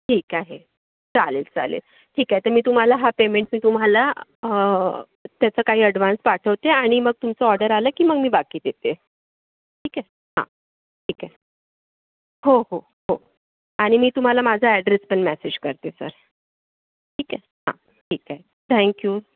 ठीक आहे चालेल चालेल ठीक आहे तर मी तुम्हाला हा पेमेंट मी तुम्हाला त्याचा काही अडव्हान्स पाठवते आणि मग तुमचं ऑर्डर आलं की मग मी बाकी देते ठीक आहे हा ठीक आहे हो हो हो आणि मी तुम्हाला माझा ॲड्रेस पण मॅसेज करते सर ठीक आहे हा ठीक आहे थँक्यू